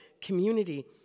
community